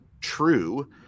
true